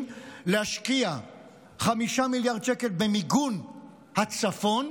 להשקיע 5 מיליארד שקל במיגון הצפון,